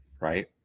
right